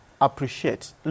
appreciate